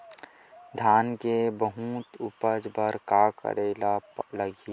धान के बहुत उपज बर का करेला लगही?